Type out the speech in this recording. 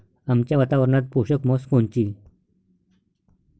आमच्या वातावरनात पोषक म्हस कोनची?